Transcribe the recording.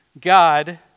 God